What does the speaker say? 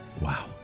wow